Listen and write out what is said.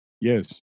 Yes